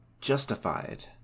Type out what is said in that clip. justified